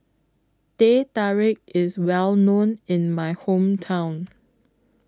Teh Tarik IS Well known in My Hometown